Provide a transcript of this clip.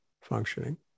functioning